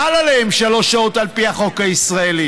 חל עליהן שלוש שעות על פי החוק הישראלי,